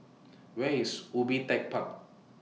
Where IS Ubi Tech Park